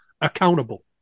accountable